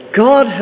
God